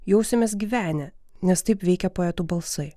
jausimės gyvenę nes taip veikia poetų balsai